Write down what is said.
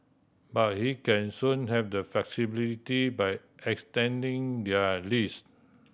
but hey can soon have the flexibility by extending their lease